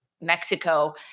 Mexico